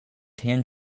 tan